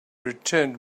returned